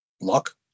Luck